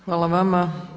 Hvala vama.